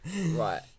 Right